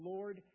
Lord